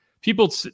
people